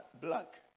black